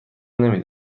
نمی